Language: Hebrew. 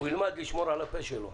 הוא ילמד לשמור על הפה שלו.